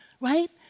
right